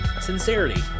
sincerity